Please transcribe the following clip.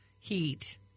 heat